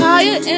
Higher